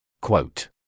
Quote